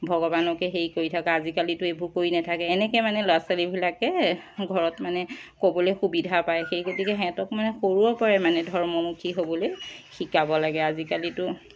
ভগৱানকে হেৰি কৰি থাকা আজিকালিতো এইবোৰ কৰি নেথাকে এনেকৈ মানে ল'ৰা ছোৱালীবিলাকে ঘৰত মানে ক'বলৈ সুবিধা পায় সেই গতিকে সিহঁতক মানে সৰুৰে পৰাই মানে ধৰ্মমুখী হ'বলৈ শিকাব লাগে আজিকালিতো